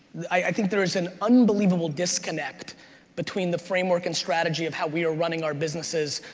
i think there is an unbelievable disconnect between the framework and strategy of how we are running our businesses,